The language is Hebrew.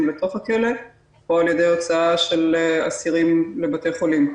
לתוך הכלא או על ידי הוצאה של אסירים לבתי חולים.